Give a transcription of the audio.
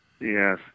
Yes